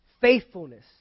faithfulness